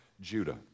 Judah